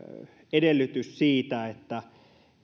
edellytys siitä että